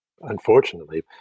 unfortunately